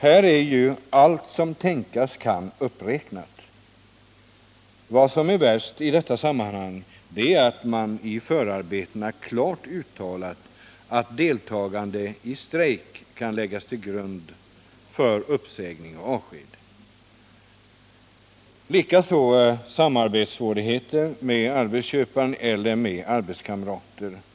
Här är ju allt som tänkas kan uppräknat. Vad som är värst i detta sammanhang är att man i förarbetena klart uttalat att deltagande i strejk kan läggas till grund för uppsägning och avsked. Likaså kan samarbetssvårigheter med arbetsköparen eller med arbetskamrater åberopas.